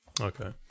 Okay